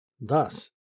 Thus